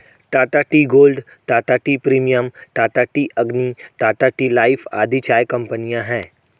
Tata tea gold, Tata tea premium, Tata tea Agni, Tata tea life आदि चाय कंपनियां है